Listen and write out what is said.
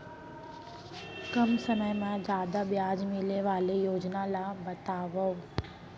कम समय मा जादा ब्याज मिले वाले योजना ला बतावव